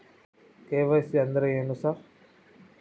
KYC ಅಂದ್ರೇನು sir?